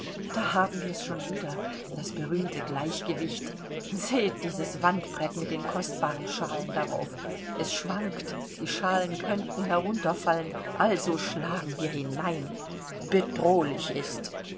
da haben wir's schon wieder das berühmte gleichgewicht seht dieses wandbrett mit den kostbaren schalen darauf es schwankt die schalen könnten herunterfallen also schlagen wir hinein bedrohlich ist